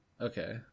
Okay